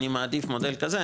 אני מעדיף מודל כזה,